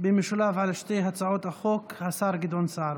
במשולב על שתי הצעות החוק השר גדעון סער,